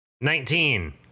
Nineteen